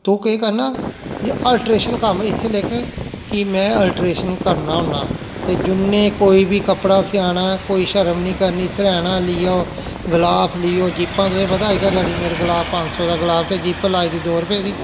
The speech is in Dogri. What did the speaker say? तू केह् करना अलट्रेशन कम्म इत्थै लिख कि में अलट्रेशन करना होन्ना ते जुन्नै कोई बी कपड़ा सेआना कोई शर्म निं करनी सरैह्ना लेई आओ गलाफ लेई आओ जिप्पां तुसेंगी पता अजकल्ल रैडीमेड गलाफ पंज सौ दा गलाफ ते जिप्प लाई दी दो रपें दी